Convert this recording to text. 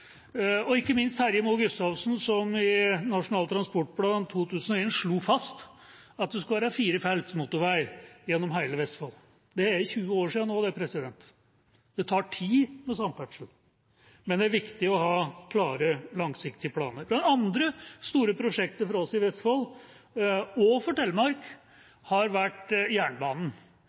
og ikke minst Terje Moe Gustavsen som i Nasjonal transportplan 2001 slo fast at det skal være firefelts motorvei gjennom hele Vestfold. Det er nå 20 år siden. Det tar tid med samferdsel, men det er viktig å ha klare, langsiktige planer. Det andre store prosjektet for oss i Vestfold og for Telemark har vært jernbanen